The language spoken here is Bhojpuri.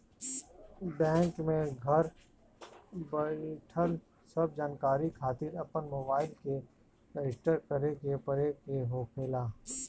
बैंक में घर बईठल सब जानकारी खातिर अपन मोबाईल के रजिस्टर करे के पड़े के होखेला